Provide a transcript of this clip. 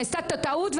נעשתה טעות,